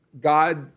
God